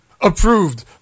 approved